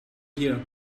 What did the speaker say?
here